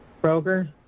Broker